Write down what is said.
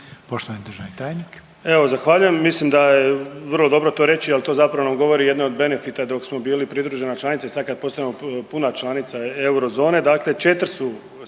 poštovana državna tajnice.